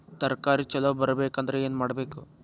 ತರಕಾರಿ ಛಲೋ ಬರ್ಬೆಕ್ ಅಂದ್ರ್ ಏನು ಮಾಡ್ಬೇಕ್?